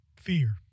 fear